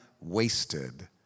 wasted